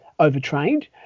overtrained